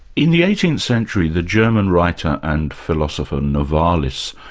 in the eighteenth century the german writer and philosopher, novalis,